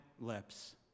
lips